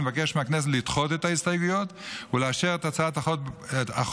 אני מבקש מהכנסת לדחות את ההסתייגויות ולאשר את הצעת החוק